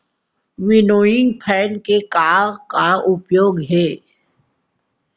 Winnowing fan के का का उपयोग हे?